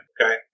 okay